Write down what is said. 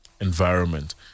environment